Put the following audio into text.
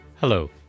Hello